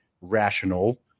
rational